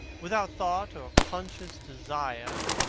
without thought or conscious desire,